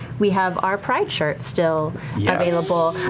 we have our pride shirt still yeah available.